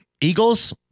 Eagles